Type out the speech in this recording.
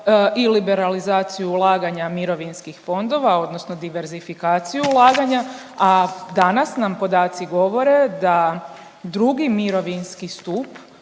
i liberalizaciju ulaganja mirovinskih fondova odnosno diversifikaciju ulaganja, a danas nam podaci govore da II. mirovinski stup